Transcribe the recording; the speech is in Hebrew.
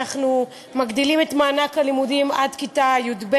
אנחנו מגדילים את מתן מענק הלימודים עד כיתה י"ב.